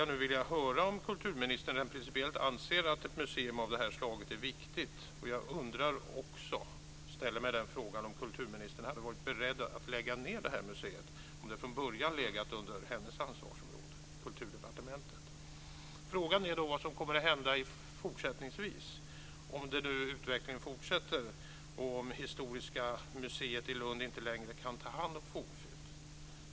Därför undrar jag om kulturministern anser att ett museum av det här slaget är viktigt. Jag ställer också frågan om kulturministern hade varit beredd att lägga ned museet om det från början legat under hennes ansvarsområde, på Frågan är då vad som kommer att hända fortsättningsvis, om den här utvecklingen fortsätter och om Historiska museet i Lund inte längre kan ta hand om fornfynd.